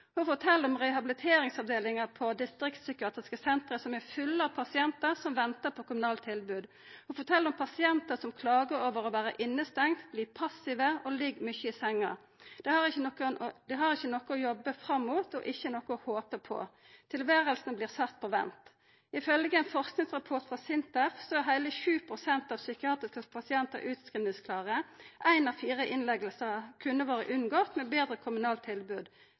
Ho fortel om rehabiliteringsavdelinga på distriktspsykiatrisk senter, som er full av pasientar som ventar på kommunalt tilbod. Ho fortel om pasientar som klagar over å vera stengde inne, som vert passive og ligg mykje i senga. Dei har ikkje noko å jobba fram mot, ikkje noko å håpa på. Tilværet vert sett på vent. Ifølgje ein forskingsrapport frå SINTEF er heile 7 pst. av psykiatriske pasientar utskrivingsklare, ein av fire innleggingar kunne ein ha unngått med betre kommunalt tilbod.